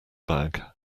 bag